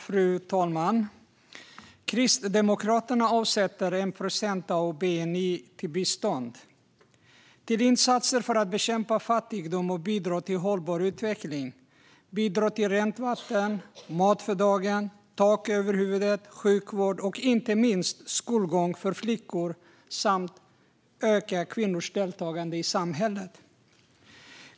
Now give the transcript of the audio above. Fru talman! Kristdemokraterna avsätter 1 procent av bni till bistånd, till insatser för att bekämpa fattigdom och bidra till hållbar utveckling, rent vatten, mat för dagen, tak över huvudet, sjukvård och inte minst skolgång för flickor samt för att öka kvinnors deltagande i samhället.